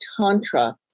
Tantra